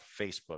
Facebook